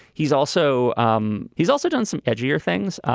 he's also um he's also done some edgier things.